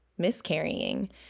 miscarrying